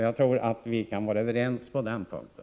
Jag tror att vi kan vara överens på den punkten.